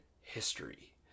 history